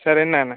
sir ନାଁ ନାଁ